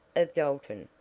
of dalton,